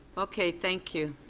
okay. thank you.